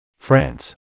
France